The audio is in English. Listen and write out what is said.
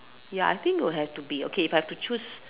ya I think will have to be okay if I have to choose